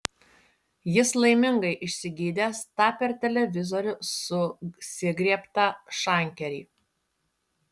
jis laimingai išsigydęs tą per televizorių susigriebtą šankerį